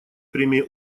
премии